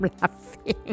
laughing